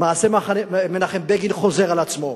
מעשה מנחם בגין חוזר על עצמו,